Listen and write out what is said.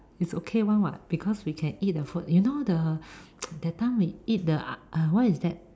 is okay [one] [what] because we can eat the food you know the that time we eat the ah what's that